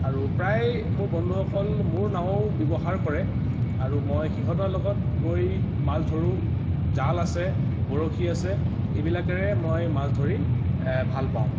আৰু প্ৰায় মোৰ বন্ধুসকল মোৰ নাও ব্য়ৱহাৰ কৰে আৰু মই সিহঁতৰ লগত গৈ মাছ ধৰোঁ জাল আছে বৰশী আছে এইবিলাকেৰে মই মাছ ধৰি ভাল পাওঁ